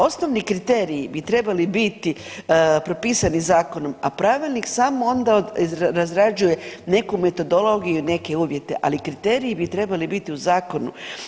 Osnovni kriteriji bi trebali biti propisani zakonom, a pravilnik samo onda razrađuje neku metodologiju i neke uvjete, ali kriteriji bi trebali biti u zakonu.